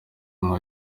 umwe